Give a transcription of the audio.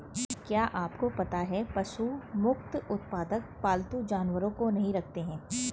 क्या आपको पता है पशु मुक्त उत्पादक पालतू जानवरों को नहीं रखते हैं?